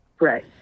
Right